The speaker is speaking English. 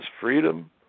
freedom